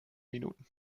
minuten